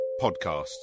podcasts